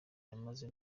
yamaze